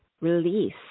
release